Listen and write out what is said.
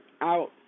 out